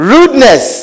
Rudeness